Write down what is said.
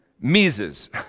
Mises